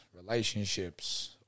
relationships